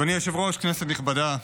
כנסת נכבדה,